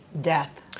death